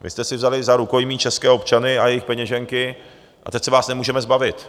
Vy jste si vzali za rukojmí české občany a jejich peněženky a teď se vás nemůžeme zbavit.